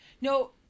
no